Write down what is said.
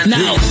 Now